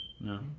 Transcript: No